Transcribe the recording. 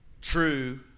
true